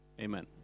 Amen